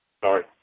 Sorry